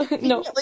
no